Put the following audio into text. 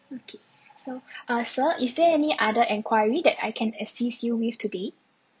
okay so uh sir is there any other enquiry that I can assist you with today